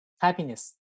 happiness